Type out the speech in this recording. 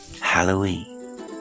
Halloween